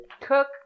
cook